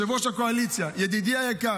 ליושב ראש הקואליציה, ידידי היקר,